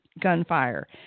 gunfire